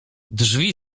drzwi